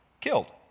Killed